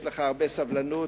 יש לך הרבה סבלנות,